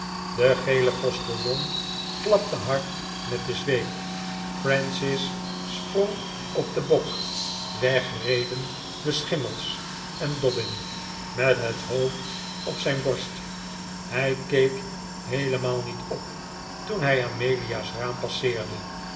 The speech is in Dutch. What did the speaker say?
de gele postiljon klapte hard met de zweep francis sprong op den bok weg reden de schimmels en dobbin met het hoofd op zijn borst hij keek heelemaal niet op toen zij amelia's raam passeerden